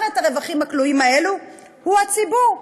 את הרווחים הכלואים האלה הוא הציבור,